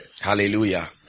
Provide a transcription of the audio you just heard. Hallelujah